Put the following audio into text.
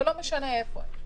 ולא משנה איפה הם,